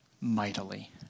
mightily